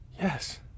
Yes